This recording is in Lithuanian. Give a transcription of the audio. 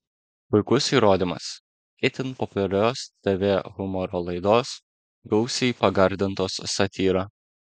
puikus įrodymas itin populiarios tv humoro laidos gausiai pagardintos satyra